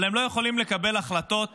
אבל הם לא יכולים לקבל החלטות